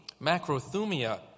macrothumia